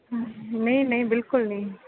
ਨਹੀਂ ਨਹੀਂ ਬਿਲਕੁਲ ਨਹੀਂ